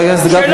חבר הכנסת גפני,